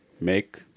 make